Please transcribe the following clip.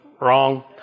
Wrong